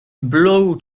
blow